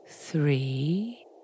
three